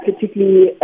particularly